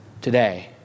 today